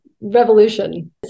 revolution